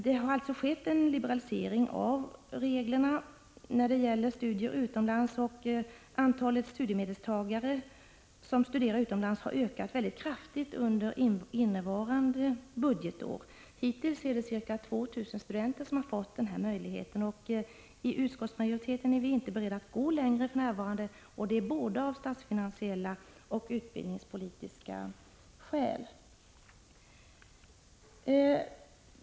Det har alltså skett en liberalisering av reglerna när det gäller studier utomlands, och antalet studiemedelstagare som studerar utomlands har ökat mycket kraftigt under innevarande budgetår. Hittills har ca 2 000 studenter fått denna möjlighet. I utskottsmajoriteten är vi inte beredda att gå längre för närvarande, både av statsfinansiella och av utbildningspolitiska skäl.